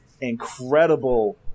incredible